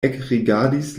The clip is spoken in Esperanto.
ekrigardis